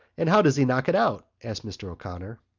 and how does he knock it out? asked mr. o'connor.